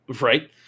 right